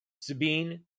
Sabine